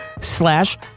slash